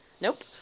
Nope